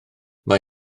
mae